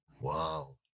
wow